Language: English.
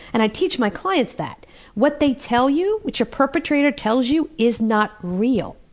and i'd teach my clients that what they tell you, what your perpetrator tells you, is not real.